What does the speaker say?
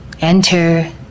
Enter